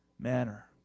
manner